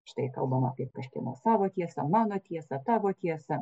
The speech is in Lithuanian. štai kalbam apie kažkieno savo tiesą mano tiesą tavo tiesą